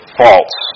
false